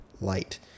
light